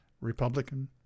Republican